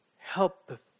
Help